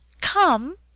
Come